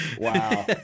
Wow